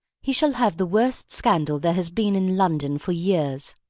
he shall have the worst scandal there has been in london for years.